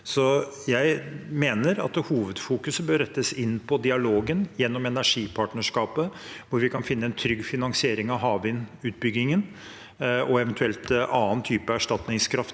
Jeg mener hovedfokuset bør rettes inn mot dialogen gjennom energipartnerskapet – hvor vi kan finne en trygg finansiering av havvindutbyggingen og eventuell annen type erstatningskraft